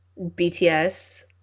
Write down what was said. BTS